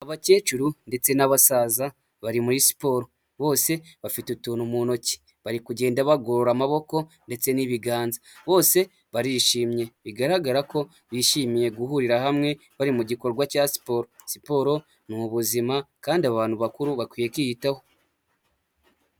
Abakecuru ndetse n'abasaza bari muri siporo, bose bafite utuntu mu ntoki bari kugenda bagora amaboko ndetse n'ibiganza, bose barishimye bigaragara ko bishimiye guhurira hamwe bari mu gikorwa cya siporo, siporo ni ubuzima kandi abantu bakuru bakwiye kwiyitaho.